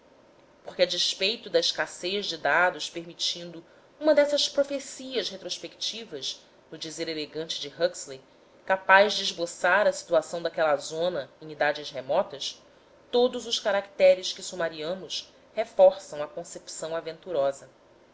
porque a despeito da escassez de dados permitindo uma dessas profecias retrospectivas no dizer elegante de huxley capaz de esboçar a situação daquela zona em idades remotas todos os caracteres que sumariamos reforçam a concepção aventurosa